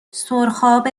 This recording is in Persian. سرخاب